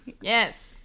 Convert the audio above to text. Yes